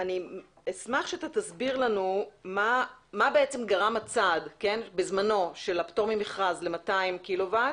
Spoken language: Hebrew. אני אשמח שתסביר לנו מה גרם הצעד בזמנו של הפטור ממכרז ל-200 קילוואט,